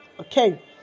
okay